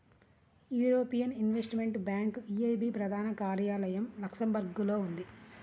European investment bank EIB ప్రధాన కార్యాలయం లక్సెంబర్గ్లో ఉంది